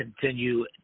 continue